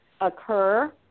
occur